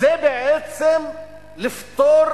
זה בעצם לפטור